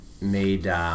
made